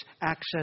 access